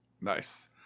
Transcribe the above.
Nice